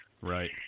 Right